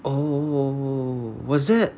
oh was that